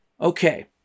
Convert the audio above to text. Okay